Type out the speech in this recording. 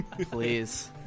Please